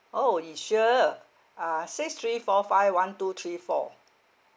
!ow! y~ sure uh six three four five one two three four